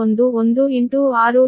11 16 ಇದು 7